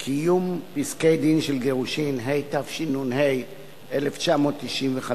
(קיום פסקי-דין של גירושין), התשנ"ה 1995,